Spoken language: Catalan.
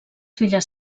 filles